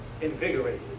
invigorated